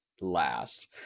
last